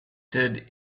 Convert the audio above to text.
stood